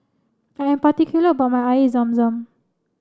I am particular about my Air Zam Zam